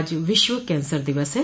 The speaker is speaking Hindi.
आज विश्व कैंसर दिवस है